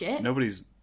nobody's